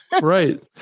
Right